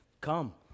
Come